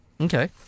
Okay